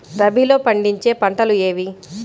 రబీలో పండించే పంటలు ఏవి?